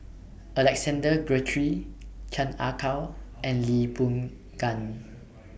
Alexander Guthrie Chan Ah Kow and Lee Boon Ngan